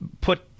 put